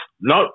No